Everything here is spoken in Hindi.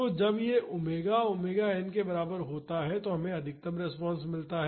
तो जब यह ओमेगा ओमेगा एन के बराबर होता है तो हमें अधिकतम रिस्पांस मिलता है